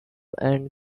and